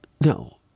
No